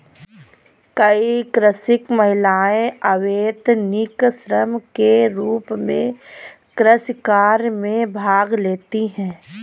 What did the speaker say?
कई कृषक महिलाएं अवैतनिक श्रम के रूप में कृषि कार्य में भाग लेती हैं